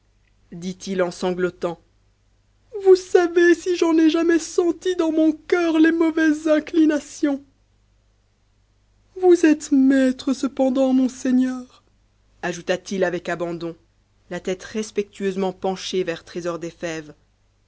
dit-il en sanglotant vous savez si j'en ai jamais senti dans mon cœur les mauvaises inclinations vous êtes maître cependant monseigneur ajouta-t-il avec abandon la tête respectueusement penchée vers trésor des fèves